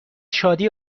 شادی